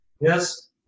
yes